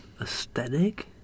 aesthetic